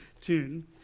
tune